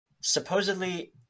Supposedly